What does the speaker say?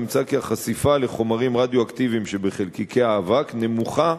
נמצא כי החשיפה לחומרים רדיואקטיביים שבחלקיקי האבק נמוכה